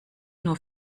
nur